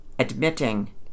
admitting